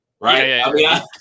right